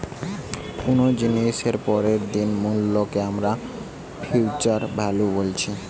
কুনো জিনিসের পরের দিনের মূল্যকে আমরা ফিউচার ভ্যালু বলছি